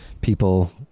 people